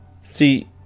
See